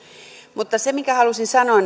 mutta se minkä halusin sanoa